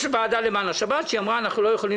יש ועדה למען השבת שאמרה: אנחנו לא יכולים